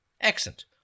excellent